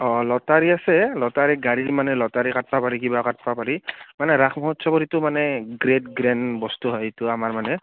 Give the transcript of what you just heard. অ' lottery আছে lottery গাড়ীৰ মানে লটাৰী কাটিব পাৰি কিবা কাটিব পাৰি মানে ৰাস মহোৎসৱৰ এইটো মানে গ্ৰে'ট গ্ৰেণ্ড বস্তু হয় এইটো আমাৰ মানে